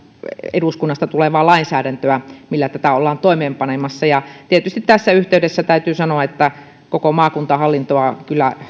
eduskunnasta tulevaa lainsäädäntöä millä tätä ollaan toimeenpanemassa tietysti tässä yhteydessä täytyy sanoa että koko maakuntahallintoa